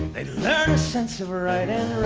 a sense of ah right and